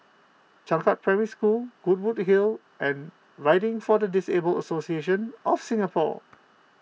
Changkat Primary School Goodwood Hill and Riding for the Disabled Association of Singapore